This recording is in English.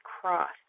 cross